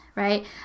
right